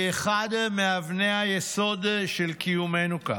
היא אחת מאבני היסוד של קיומנו כאן,